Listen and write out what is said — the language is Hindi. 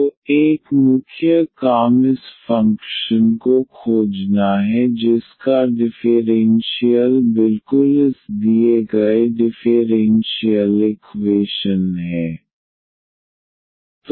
तो एक मुख्य काम इस फ़ंक्शन को खोजना है जिसका डिफ़ेरेन्शियल बिल्कुल इस दिए गए डिफ़ेरेन्शियल इक्वेशन है